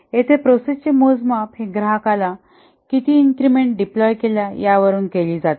येथे प्रोसेस चे मोजमाप हे ग्राहकाला किती इन्क्रिमेंट डिप्लॉय केल्या यावरून केली जाते